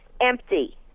empty